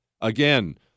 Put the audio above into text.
Again